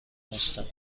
هستم